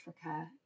Africa